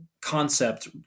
concept